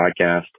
podcast